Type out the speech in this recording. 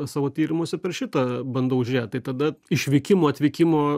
savo tyrimuose per šitą bandau žiūrėt tai tada išvykimo atvykimo